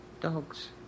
Dogs